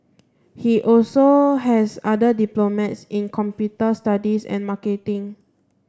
he also has other diplomas in computer studies and marketing